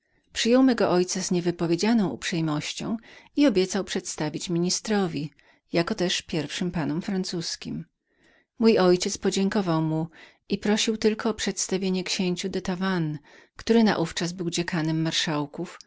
przyjął mego ojca z niewypowiedzianą uprzejmością i obiecał przedstawić go ministrowi jakoteż pierwszym panom francuzkim mój ojciec podziękował mu i prosił tylko o przedstawienie go księciu de tavannes który naówczas był dziekanem marszałków